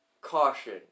Caution